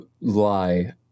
lie